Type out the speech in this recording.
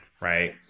right